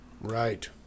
Right